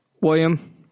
William